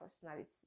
personality